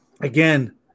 again